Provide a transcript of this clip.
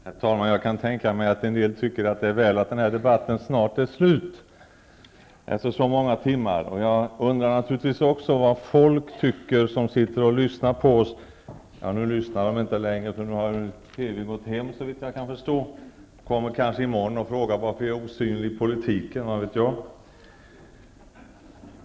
Herr talman! Jag kan tänka mig att en del tycker att det är väl att den här debatten snart är slut efter så många timmar. Naturligtvis undrar jag vad de tycker som sitter och lyssnar på oss -- ja, nu lyssnar de väl inte längre, för såvitt jag förstår har man från TV gått hem. I morgon frågar man kanske varför jag är osynlig i politiken -- vad vet jag?